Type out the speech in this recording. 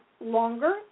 longer